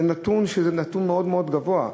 זה נתון שהוא מאוד מאוד גבוה.